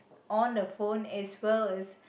on the phone as well as